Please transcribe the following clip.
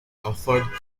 offer